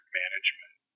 management